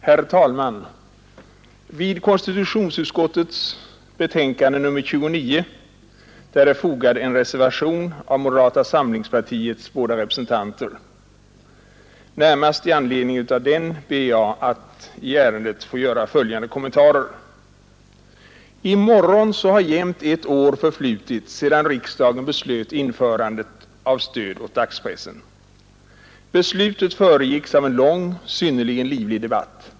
Herr talman! Vid konstitutionsutskottets betänkande nr 29 är fogad en reservation av moderata samlingspartiets båda representanter. Närmast i anledning av denna ber jag att i ärendet få göra följande kommentarer. I morgon har jämnt ett år förflutit sedan riksdagen beslöt införandet av stöd åt dagspressen. Beslutet föregicks av en lång, synnerligen livlig debatt.